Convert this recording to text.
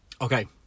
Okay